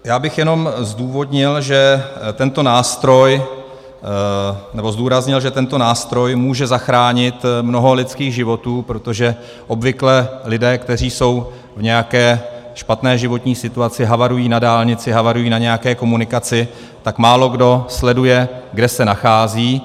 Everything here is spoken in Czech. Já bych jenom zdůraznil, že tento nástroj může zachránit mnoho lidských životů, protože obvykle lidé, kteří jsou v nějaké špatné životní situaci, havarují na dálnici, havarují na nějaké komunikaci, tak málokdo sleduje, kde se nachází.